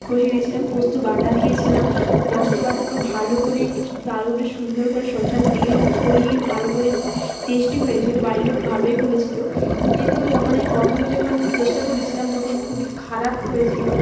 কষিয়ে নিয়েছিলাম পোস্ত বাটা দিয়েছিলাম পোস্ত বাটার পর ভালো করে একটু তার ওপরে সুন্দর করে সরষার তেল ছড়িয়ে ভালো করে টেস্টি হয়েছিলো বাড়ির লোক ভালোই বলেছিলো কিন্তু যখন আমি প্রথমে যখন চেষ্টা করেছিলাম তখন খুবই খারাপ হয়েছিলো